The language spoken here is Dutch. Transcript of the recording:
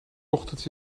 ochtends